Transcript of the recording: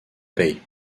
paye